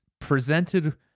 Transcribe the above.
presented